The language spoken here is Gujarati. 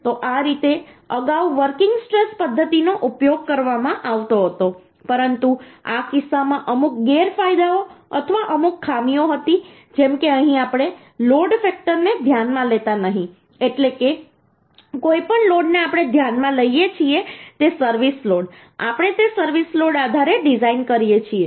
તો આ રીતે અગાઉ વર્કિંગ સ્ટ્રેસ પદ્ધતિનો ઉપયોગ કરવામાં આવતો હતો પરંતુ આ કિસ્સામાં અમુક ગેરફાયદાઓ અથવા અમુક ખામીઓ હતી જેમ કે અહીં આપણે લોડ ફેક્ટર ને ધ્યાનમાં લેતા નથી એટલે કે કોઇ પણ લોડને આપણે ધ્યાનમાં લઈએ છીએ તે સર્વિસ લોડ આપણે તે સર્વિસ લોડ આધારે ડિઝાઇન કરીએ છીએ